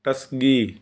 ਟਸਕਗੀ